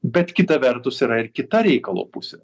bet kita vertus yra ir kita reikalo pusė